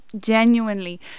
Genuinely